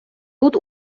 тут